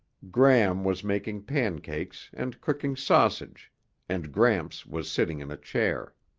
gram was making pancakes and cooking sausage and gramps was sitting in a chair.